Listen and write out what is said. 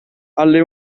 alle